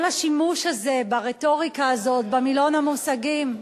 כל השימוש הזה ברטוריקה הזאת במילון המושגים,